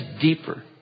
deeper